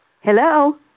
Hello